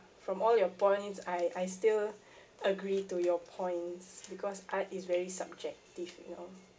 from all your points I I still agree to your points because art is very subjective you know